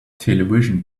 television